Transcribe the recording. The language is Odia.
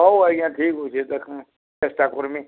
ହଉ ଆଜ୍ଞା ଠିକ୍ ଅଛେ ଦେଖ୍ମି ଚେଷ୍ଟା କର୍ମି